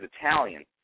Italian